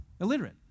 Illiterate